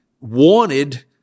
wanted